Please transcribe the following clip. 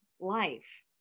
life